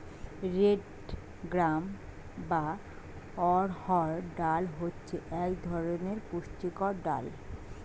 red gram বা অড়হর ডাল হচ্ছে এক ধরনের পুষ্টিকর ডাল